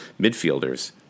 midfielders